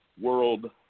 world